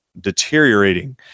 deteriorating